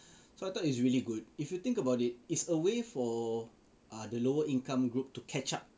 so I thought it's really good if you think about it is a way for uh the lower income group to catch up